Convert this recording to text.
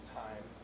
time